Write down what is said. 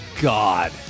God